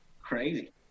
Crazy